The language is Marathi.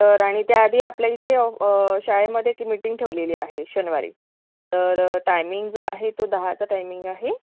तर आणि त्याआधी आपल्या इथे शाळेमधे ती मीटिंग ठेवलेली आहे शनिवारी तर टायमिंग जो आहे तो दहाचा टायमिंग आहे